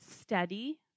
steady